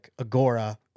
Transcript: Agora